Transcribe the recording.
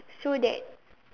so that